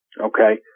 okay